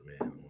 man